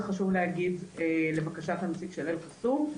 זה חשוב להגיד לבקשת הנציג של אל-קסום.